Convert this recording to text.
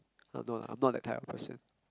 uh no ah I'm not that type of person